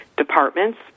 departments